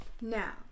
now